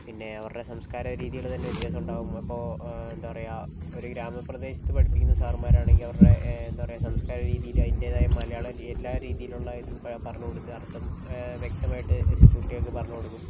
പിന്നെ അവരുടെ സംസ്കാരരീതികൾ തന്നെ വ്യത്യാസം ഉണ്ടാവും അപ്പോൾ എന്താണ് പറയുക ഒരു ഗ്രാമപ്രദേശത്ത് പഠിപ്പിക്കുന്ന സാറമ്മാർ ആണെങ്കിൽ അവർക്ക് എന്താണ് പറയുക സംസ്കാരരീതിയിൽ അതിൻറേതായ മലയാളം എല്ലാ രീതിയിലുള്ള ഇതും പറഞ്ഞുകൊടുത്ത് അർത്ഥം വ്യക്തമായിട്ട് കുട്ടികൾക്ക് പറഞ്ഞുകൊടുക്കും